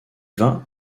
vint